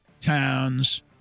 Towns